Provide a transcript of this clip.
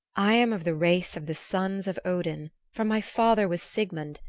i am of the race of the sons of odin, for my father was sigmund,